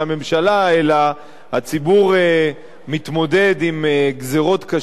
אלא הציבור מתמודד עם גזירות קשות שהממשלות